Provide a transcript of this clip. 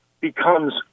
becomes